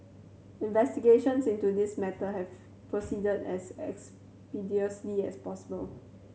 investigations into this matter have proceeded as expeditiously as possible